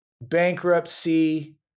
bankruptcy